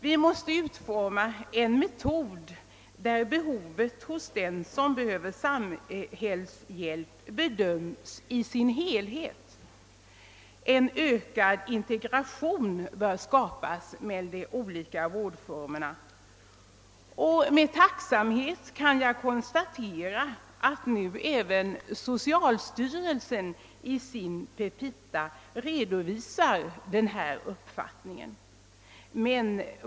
Vi måste utforma en metod där behovet hos den som behöver samhällshjälp bedöms i sin helhet. En ökad integration bör skapas mellan de olika vårdformerna. Med tacksamhet kan jag konstatera att nu även socialstyrelsen i sina petita redovisar denna uppfattning.